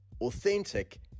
authentic